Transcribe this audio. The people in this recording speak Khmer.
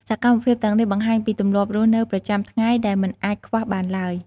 សកម្មភាពទាំងនេះបង្ហាញពីទម្លាប់រស់នៅប្រចាំថ្ងៃដែលមិនអាចខ្វះបានឡើយ។